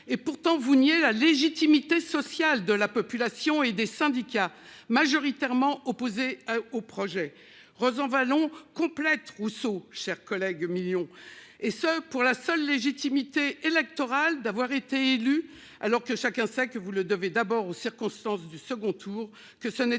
et pourtant vous nier la légitimité sociale de la population et des syndicats majoritairement opposés au projet Rosanvallon complète Rousseau chers collègues millions et ce pour la seule légitimité électorale, d'avoir été élu alors que chacun sait que vous le devait d'abord aux circonstances du second tour